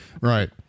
Right